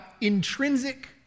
intrinsic